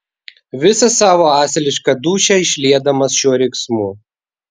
visą savo asilišką dūšią išliedamas šiuo riksmu